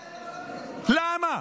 למה?